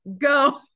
go